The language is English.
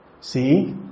See